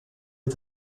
est